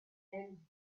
and